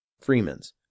Freeman's